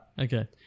Okay